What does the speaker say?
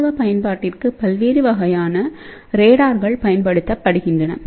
இராணுவ பயன்பாட்டிற்கு பல்வேறு வகையான ரேடார்கள் பயன்படுத்தப்படுகின்றன